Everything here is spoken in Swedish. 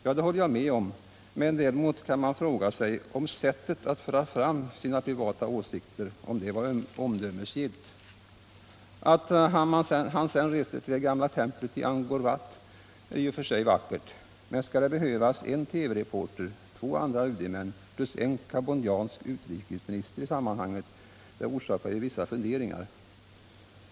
Ja, det håller jag med om, men däremot kan man fråga sig om sättet att föra fram sina privata åsikter var omdömesgillt. Att ambassadören reser till de gamla templen i Angkor Wat är i och för sig vackert, men skall det behövas en TV-reporter, två andra UD-män plus en cambodjansk utrikesminister med i sammanhanget? Det orsakar ju vissa funderingar.